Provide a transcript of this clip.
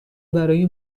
برای